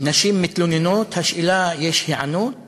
נשים מתלוננות, השאלה היא אם יש היענות